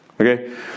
Okay